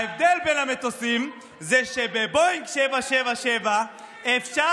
ההבדל בין המטוסים זה שבבואינג 777 אפשר